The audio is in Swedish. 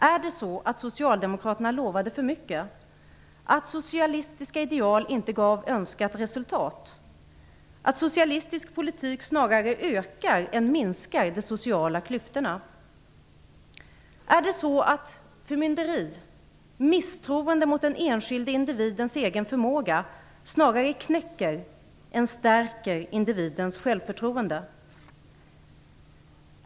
Är det så att socialdemokraterna lovade för mycket, att socialistiska ideal inte gav önskat resultat, att socialistisk politik snarare ökar än minskar de sociala klyftorna? Är det så att förmynderi, misstroende mot den enskilde individens egen förmåga snarare knäcker än stärker individens självförtroende?